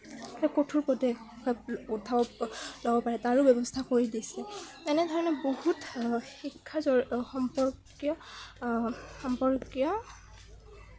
কঠোৰ পদক্ষেপ উঠাব লব পাৰে তাৰো ব্যৱস্থা কৰি দিছে এনেধৰণে বহুত শিক্ষা সম্পৰ্কীয় সম্পৰ্কীয়